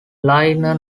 liner